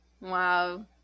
Wow